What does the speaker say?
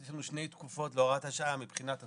יש לנו שתי תקופות בהוראות השעה, מבחינת התקורה.